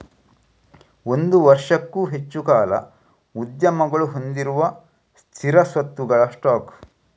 ಒಂದು ವರ್ಷಕ್ಕೂ ಹೆಚ್ಚು ಕಾಲ ಉದ್ಯಮಗಳು ಹೊಂದಿರುವ ಸ್ಥಿರ ಸ್ವತ್ತುಗಳ ಸ್ಟಾಕ್